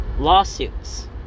lawsuits